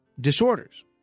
disorders